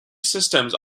systems